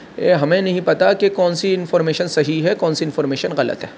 کہ ہمیں نہیں پتہ کہ کون سی انفارمیشن صحیح ہے کونسی انفارمیشن غلط ہے